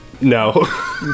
No